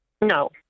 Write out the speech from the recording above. No